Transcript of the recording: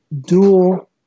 dual